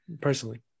personally